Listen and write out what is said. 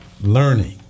learning